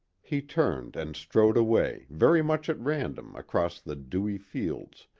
he turned and strode away, very much at random, across the dewy fields,